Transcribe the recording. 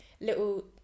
little